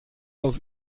auf